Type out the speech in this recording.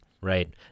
Right